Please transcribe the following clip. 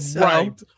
right